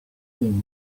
room